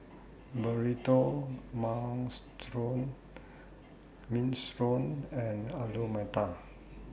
Burrito Minestrone strong and Alu Matar